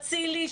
אצילי,